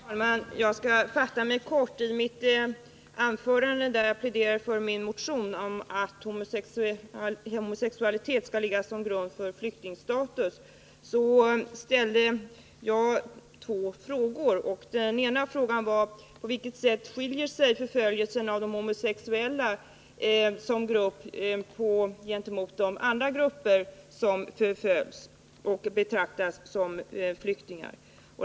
Herr talman! Jag skall fatta mig kort. I det anförande där jag pläderade för min motion om att homosexualitet skall ligga till grund för flyktingstatus ställde jag två frågor. Den ena var: På vilket sätt skiljer sig förföljelsen av de homosexuella som grupp från den som bedrivs mot andra förföljda grupper ur vilka personer tas emot som flyktingar?